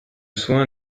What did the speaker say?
soins